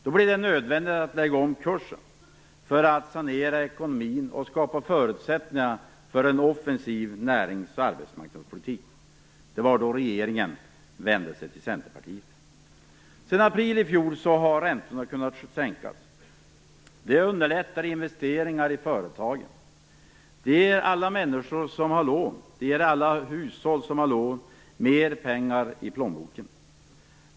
Då blev det nödvändigt att lägga om kursen för att sanera ekonomin och skapa förutsättningar för en offensiv närings och arbetsmarknadspolitik. Det var då regeringen vände sig till Centerpartiet. Sedan april i fjol har räntorna kunnat sänkas. Det underlättar investeringar i företagen. Det ger alla hushåll som har lån mer pengar i plånboken.